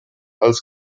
als